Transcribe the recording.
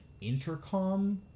intercom